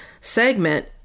segment